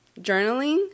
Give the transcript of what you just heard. journaling